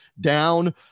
down